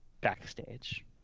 backstage